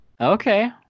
Okay